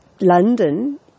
London